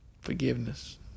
Forgiveness